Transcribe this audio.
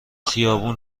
خیابون